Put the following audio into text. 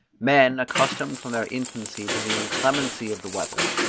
men, accustomed from their infancy to the inclemency of the weather,